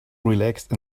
relaxed